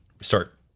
start